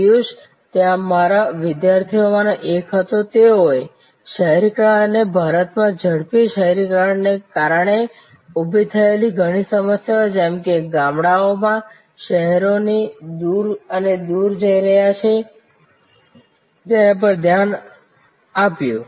પિયુષ ત્યાં મારા વિદ્યાર્થીઓમાંનો એક હતો તેઓએ શહેરીકરણ અને ભારતમાં ઝડપી શહેરીકરણને કારણે ઉભી થયેલી ઘણી સમસ્યાઓ જેમ કે ગામડાઓ શહેરોથી દૂર અને દૂર જઈ રહ્યા છે તેના પર ધ્યાન આપ્યું